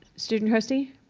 student trustee?